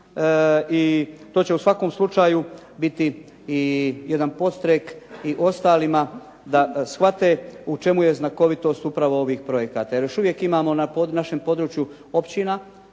I to će u svakom slučaju biti i jedan podstrijek i ostalima da shvate u čemu je znakovitost upravo ovih projekata. Jer još uvijek imamo na našem području općina,